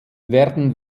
werden